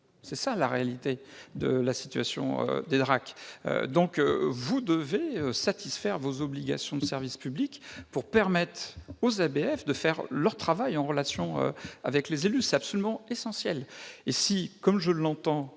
est la réalité de la situation dans les DRAC. Le Gouvernement doit satisfaire ses obligations de service public, pour permettre aux ABF de faire leur travail, en relation avec les élus. C'est absolument essentiel